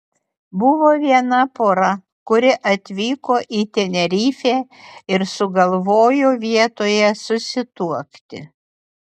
buvo viena pora kuri atvyko į tenerifę ir sugalvojo vietoje susituokti